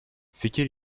fikir